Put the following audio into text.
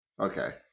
okay